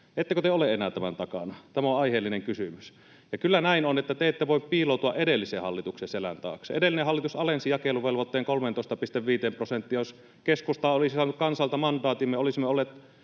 ettekö te ole enää tämän takana? Tämä on aiheellinen kysymys. Kyllä näin on, että te ette voi piiloutua edellisen hallituksen selän taakse. Edellinen hallitus alensi jakeluvelvoitteen 13,5 prosenttiin, ja jos keskusta olisi saanut kansalta mandaatin, me olisimme olleet